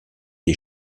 des